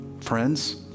friends